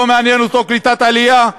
לא מעניינת אותו קליטת עלייה,